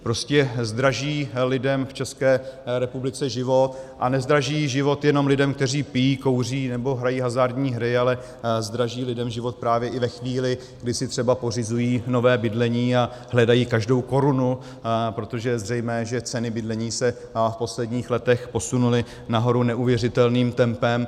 Prostě zdraží lidem v České republice život, a nezdraží život jenom lidem, kteří pijí, kouří nebo hrají hazardní hry, ale zdraží lidem život právě i ve chvíli, kdy si třeba pořizují nové bydlení a hledají každou korunu, protože je zřejmé, že ceny bydlení se v posledních letech posunuly nahoru neuvěřitelným tempem.